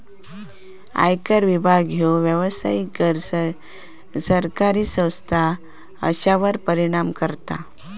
आयकर विभाग ह्यो व्यावसायिक, गैर सरकारी संस्था अश्यांवर परिणाम करता